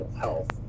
health